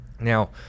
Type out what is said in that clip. Now